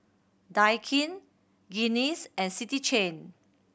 Daikin Guinness and City Chain